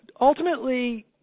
Ultimately